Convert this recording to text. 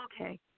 okay